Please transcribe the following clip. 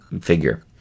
figure